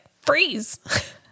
Freeze